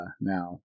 now